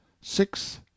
six